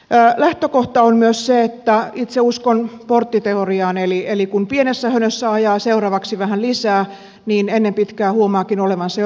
lähtökohta on myös se että itse uskon porttiteoriaan eli kun pienessä hönössä ajaa niin seuraavaksi vähän lisää ja ennen pitkää huomaakin olevansa jo rattijuoppo